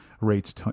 rates